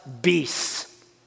beasts